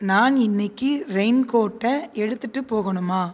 நான் இன்றைக்கி ரெயின்கோட்டை எடுத்துகிட்டு போகணுமா